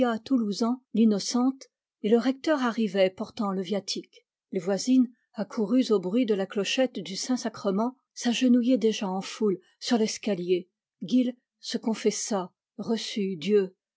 toulouzan l'innocente et le recteur arrivait portant le viatique les voisines accourues au bruit de la clochette du saint-sacrement s'agenouillaient déjà en foule sur l'escalier guill se confessa reçut dieu